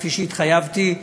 כפי שהתחייבתי כאן,